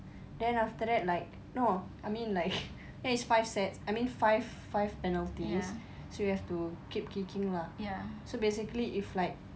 then after that like no I mean like then it's five sets I mean five five penalties so you to keep kicking lah so basically if like